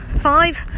five